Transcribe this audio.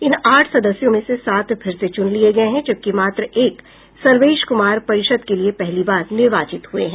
इन आठ सदस्यों में से सात फिर से चून लिये गये हैं जबकि मात्र एक सर्वेश क्मार परिषद के लिए पहली बार निर्वाचित हुये हैं